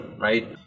right